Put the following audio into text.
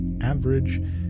average